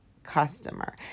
customer